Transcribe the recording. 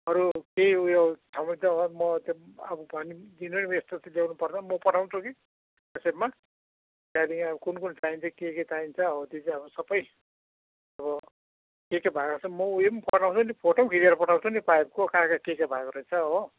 अरू केही ऊ यो छ भने त अब म त्यो अब भनिदिनु यस्तो ल्याउनु पर्छ म पठाउँछु कि व्हाट्सएप्पमा त्यहाँदेखि अब कुन कुन चाहिन्छ के के चाहिन्छ हो त्यो छे सबै अब के के भएको छ म ऊ यो पनि पठाउँछु नि फोटो पनि खिचेर पठाउँछु नि पाइपको कहाँ कहाँ के के भएको रहेछ हो